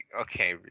okay